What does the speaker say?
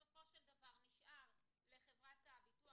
כמה כסף בסופו של דבר נשאר לחברת הביטוח,